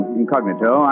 incognito